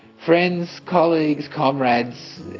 friends, colleagues, comrades,